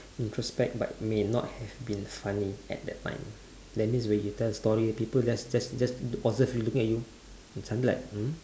introspect but may not have been funny at that time that means when you tell story people just just just observe you looking at you something like hmm